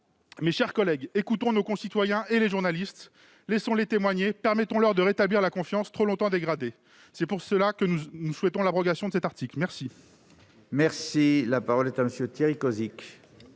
Mes chers collègues, écoutons nos concitoyens et les journalistes. Laissons-les témoigner. Permettons-leur de rétablir la confiance trop longtemps dégradée. Pour cette raison, nous souhaitons l'abrogation de cet article. La